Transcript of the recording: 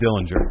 Dillinger